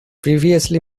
previously